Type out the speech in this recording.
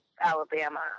Alabama